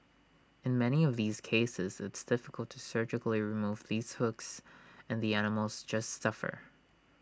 in many of these cases it's difficult to surgically remove these hooks and the animals just suffer